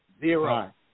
Zero